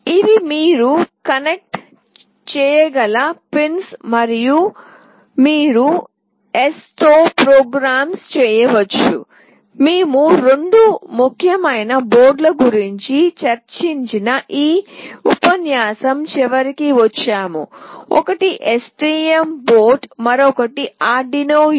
ఇవి మీరు కనెక్ట్ చేయగల పిన్స్ మరియు మీరు S తో ప్రోగ్రామింగ్ చేయవచ్చు మేము రెండు ముఖ్యమైన బోర్డుల గురించి చర్చించిన ఈ ఉపన్యాసం చివరికి వచ్చాము ఒకటి STM బోర్డు మరొకటి Arduino UNO